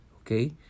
okay